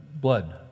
blood